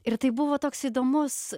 ir tai buvo toks įdomus